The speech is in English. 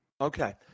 Okay